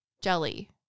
jelly